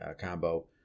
combo